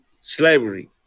slavery